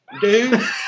dude